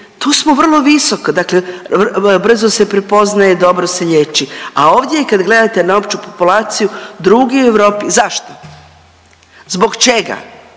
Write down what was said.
tu smo vrlo visoko, dakle brzo se prepoznaje i dobro se liječi, a ovdje kad gledate na opću populaciju drugi u Europi. Zašto? Zbog čega?